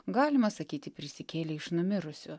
galima sakyti prisikėlė iš numirusių